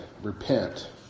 Repent